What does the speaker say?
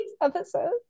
Episodes